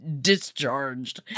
discharged